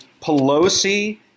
Pelosi